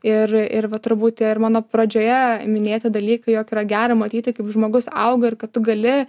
ir ir va turbūt ir mano pradžioje minėti dalykai jog yra gera matyti kaip žmogus auga ir kad tu gali